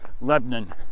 Lebanon